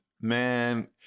Man